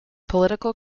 political